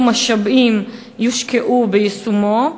2. אילו משאבים יושקעו ביישומו?